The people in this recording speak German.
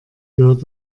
gehört